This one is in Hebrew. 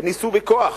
הם ניסו בכוח,